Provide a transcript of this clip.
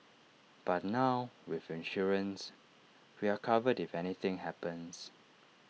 but now with insurance we are covered if anything happens